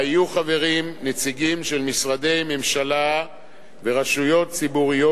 שבה יהיו חברים נציגים שונים של משרדי ממשלה ורשויות ציבוריות,